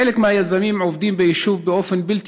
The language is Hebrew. חלק מהיזמים עובדים ביישוב באופן בלתי